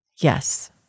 Yes